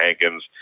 Hankins